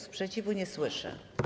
Sprzeciwu nie słyszę.